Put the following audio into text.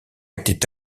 était